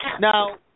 Now